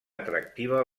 atractiva